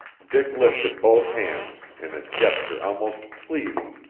dick lifted both hands, in a gesture almost pleading.